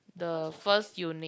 the first unit